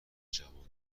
جوانان